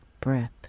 breath